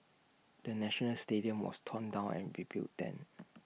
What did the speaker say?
the national stadium was torn down and rebuilt then